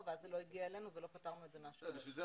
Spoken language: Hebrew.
ואז זה לא הגיע אלינו ולכן לא פתרנו את זה השורש.